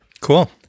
Cool